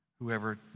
Whoever